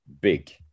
big